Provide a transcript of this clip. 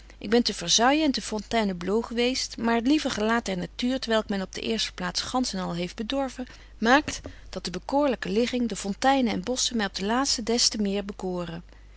ik ben te versailles en te fontainebleau geweest maar het lieve gelaat der natuur t welk men op de eerste plaats gantsch en al heeft bedorven maakt dat de bekoorlyke ligging de fonteinen en bosschen my op de laatste des te meer bekoren